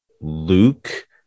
Luke